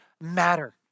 matter